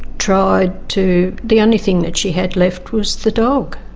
tried to. the only thing that she had left was the dog,